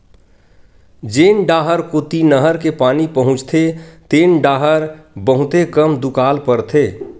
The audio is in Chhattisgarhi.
जेन डाहर कोती नहर के पानी पहुचथे तेन डाहर बहुते कम दुकाल परथे